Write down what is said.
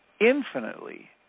infinitely